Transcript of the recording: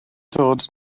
dod